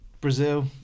Brazil